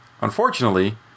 unfortunately